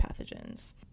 pathogens